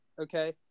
okay